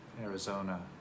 Arizona